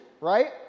right